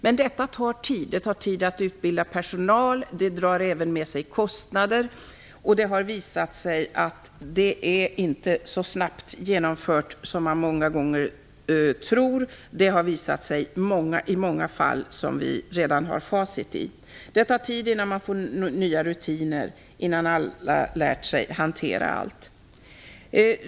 Men detta tar tid. Det tar tid att utbilda personal och det för även med sig kostnader. Det har också visat sig att det inte är så snabbt genomfört som man många gånger tror, vilket har visat sig i många fall där vi redan har facit. Det tar tid innan man får in nya rutiner och alla lärt sig hantera allt.